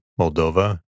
Moldova